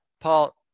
Paul